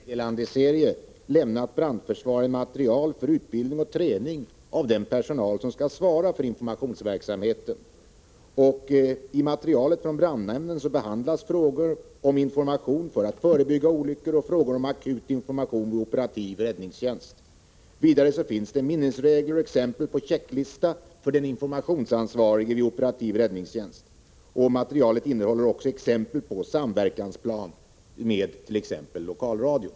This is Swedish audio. Fru talman! Brandnämnden har i sin meddelandeserie lämnat brandförsvaret material för utbildning och träning av den personal som skall svara för informationsverksamheten. I materialet från brandnämnden behandlas frågor om information för att förebygga olyckor och frågor om akut information vid operativ räddningstjänst. Vidare finns minnesregler och exempel på checklistor för den informationsansvarige vid operativ räddningstjänst. Materialet innehåller också exempel på planer för samverkan med t.ex. lokalradion.